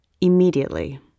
immediately